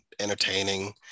entertaining